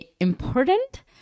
important